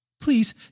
Please